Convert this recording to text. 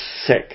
sick